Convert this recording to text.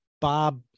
Bob